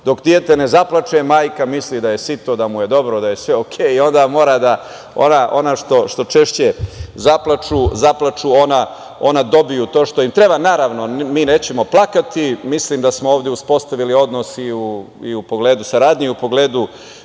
dok dete ne zaplače, majka misli da je sito, da mu je dobro da je sve OK i onda mora da, ona što češće zaplaču - ona dobiju to što im treba. Naravno, mi nećemo plakati, mislim da smo ovde uspostavili odnos i u pogledu saradnje i u pogledu